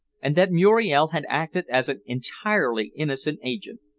and that muriel had acted as an entirely innocent agent.